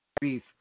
beef